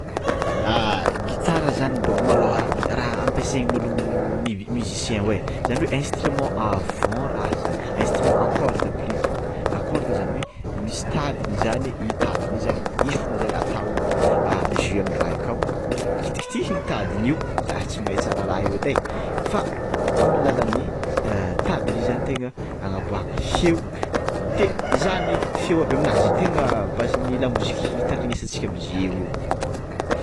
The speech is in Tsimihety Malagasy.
Ah gitara zany molo raha ampiasain'ologno musi- musicien hoe instrument à vent raha zany instrument à corde plus tot à corde zany hoe misy tadiny zany i tadiny i fogna zany atao jeu amin'ny raha akao, kitikitihagna io tadin'io za tsy mahay tsara raha io edy e fa amin'ny alalan'ny tadign'io zany tegna agnaboahagna feo, de zany feo avy aminazy tegna bazin'ny lamozika tandrignesantsika amizio eo io.